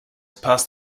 past